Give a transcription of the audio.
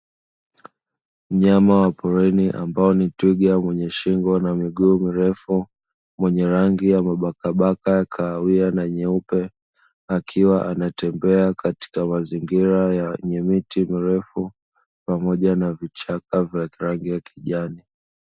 Mnyama wa porini ni twiga mwenye shingo na miguu mirefu, mwenye rangi ya mabakabaka, kahawia na nyeupe. Akiwa anatembea katika mazingira ya yenye miti mirefu pamoja na vichaka vya rangi ya kijani.